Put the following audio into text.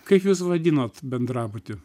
kaip jūs vadinot bendrabutį